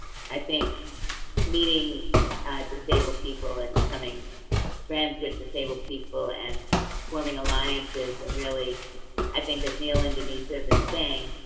i think meeting disabled people and becoming friends with disabled people and forming alliances and really i think as neil and denise have been saying,